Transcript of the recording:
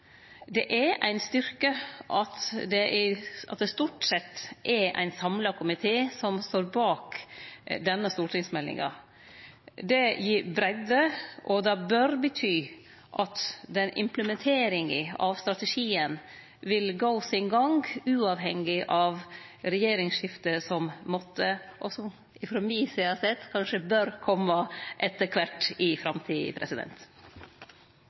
Det er ein styrke at det stort sett er ein samla komité som står bak denne stortingsmeldinga. Det gir breidde, og det bør bety at implementeringa av strategien vil gå sin gang uavhengig av regjeringsskifte som måtte kome – og som sett frå mi side bør kome – etter kvart i framtida.